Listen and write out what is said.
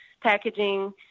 packaging